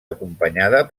acompanyada